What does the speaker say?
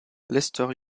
lester